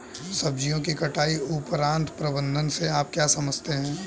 सब्जियों की कटाई उपरांत प्रबंधन से आप क्या समझते हैं?